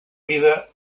mida